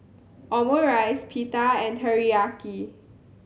Omurice Pita and Teriyaki